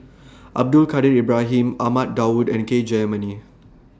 Abdul Kadir Ibrahim Ahmad Daud and K Jayamani